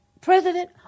president